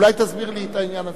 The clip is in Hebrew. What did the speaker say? אולי תסביר לי את העניין הזה.